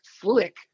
slick